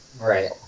Right